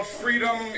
freedom